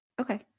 Okay